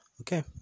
okay